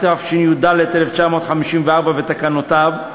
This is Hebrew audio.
התשי"ד 1954, ותקנותיו,